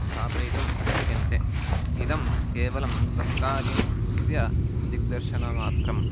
स्थापयितुं शक्यन्ते इदं केवलं तत्कार्यस्य दिग्दर्शनमात्रं